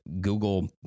Google